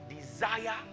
desire